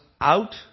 out